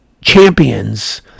champions